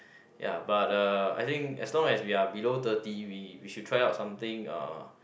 ya but uh I think as long we are below thirty we we should try out something uh